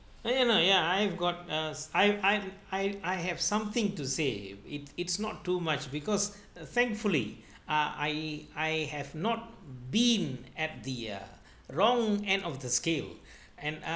uh ya lah ya I've got a I I I I have something to say it it's not too much because thankfully ah I I have not been at the wrong end of the scale and uh